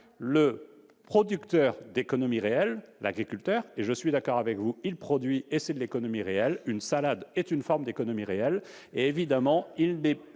le producteur d'économie réelle, l'agriculteur- et je suis d'accord avec vous, il produit, il est dans l'économie réelle, une salade est une forme d'économie réelle -est exonéré en